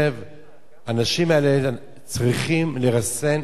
שהאנשים האלה צריכים לרסן את עצמם,